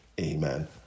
Amen